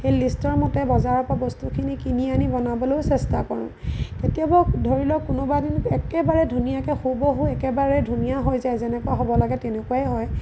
সেই লিষ্টৰ মতে বজাৰৰ পৰা বস্তুখিনি কিনি আনি বনাবলৈয়ো চেষ্টা কৰোঁ কেতিয়াবা ধৰি লওক কোনোবা এদিন একেবাৰে ধুনীয়াকৈ হুবহু একেবাৰে হুবহু ধুনীয়া হৈ যায় যেনেকুৱা হ'ব লাগে তেনেকুৱাই হয়